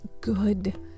good